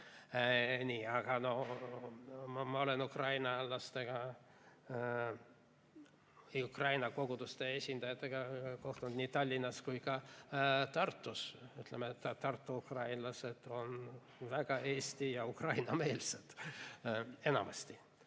Aga ma olen ukrainlastega, Ukraina koguduste esindajatega kohtunud nii Tallinnas kui ka Tartus. Tartu ukrainlased on väga eesti- ja ukrainameelsed enamasti.